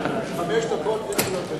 חמש דקות אין קריאות ביניים.